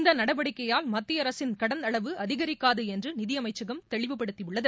இந்த நடவடிக்கையால் மத்திய அரசின் கடன் அளவு அதிகிக்காது என்று நிதி அமைச்சகம் தெளிவுபடுத்தியுள்ளது